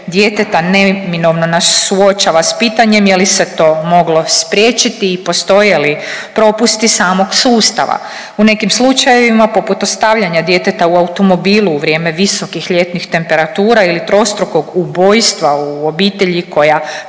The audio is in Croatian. djeteta neminovno nas suočava s pitanjem je li se to moglo spriječiti i postoje li propusti samog sustava. U nekim slučajevima poput ostavljanja djeteta u automobilu u vrijeme visokih ljetnih temperatura ili trostrukog ubojstva u obitelji koja